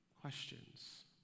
questions